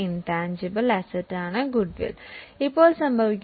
intangible ആയ ഒരു പ്രധാന ആസ്തി ഗുഡ്വിൽ ആണ്